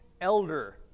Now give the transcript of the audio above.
elder